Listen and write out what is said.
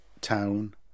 town